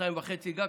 שעתיים וחצי גג,